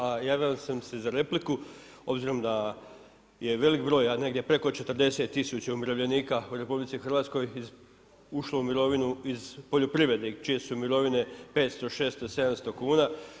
A javio sam se za repliku obzirom da je velik broj, negdje preko 40 tisuća umirovljenika u RH ušlo u mirovinu iz poljoprivrede čije su mirovine 500, 600, 700 kuna.